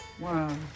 Wow